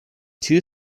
two